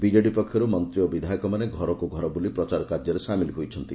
BJD ପକ୍ଷରୁ ମନ୍ତୀ ଏବଂ ବିଧାୟକମାନେ ଘରକୁ ଘର ବୁଲି ପ୍ରଚାର କାର୍ଯ୍ୟରେ ସାମିଲ୍ ହୋଇଛନ୍ତି